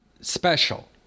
special